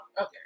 Okay